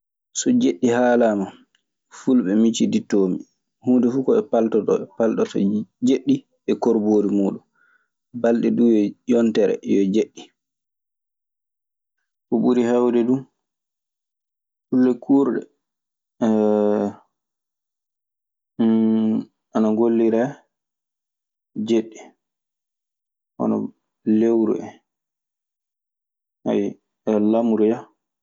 So jeɗɗi haalaama, fulɓe micitittoomi. Huunde fuu ko ɓe paltotoo ɓe paltorto nii "jeɗɗi e korboori muuɗun". Balde duu e yontere yo jeɗɗi. Ko ɓuri heewde du, kulle kuurɗe ana golliree jeɗɗi hono lewru en, lamru ya.